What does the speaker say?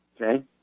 okay